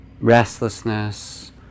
restlessness